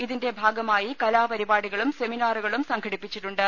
ഇതിന്റെ ഭാഗമായി കലാപ്പരിപാടികളും സെമിനാറുകളും സംഘടിപ്പിച്ചിട്ടുണ്ട്